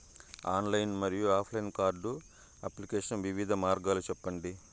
Online మరియు offline card application వివిధ మార్గాలు సెప్పండి?